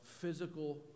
physical